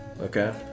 okay